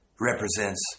represents